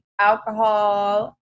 alcohol